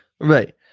Right